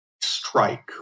strike